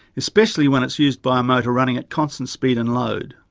especially when it's used by um ah a running at constant speed and load.